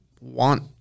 want